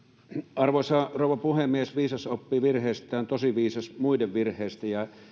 arvoisa rouva puhemies viisas oppii virheistään tosi viisas muiden virheistä